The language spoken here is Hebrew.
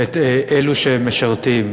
את אלו שמשרתים.